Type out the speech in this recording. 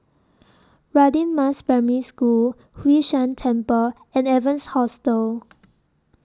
Radin Mas Primary School Hwee San Temple and Evans Hostel